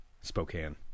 Spokane